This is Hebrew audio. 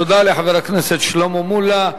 תודה לחבר הכנסת שלמה מולה.